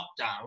lockdown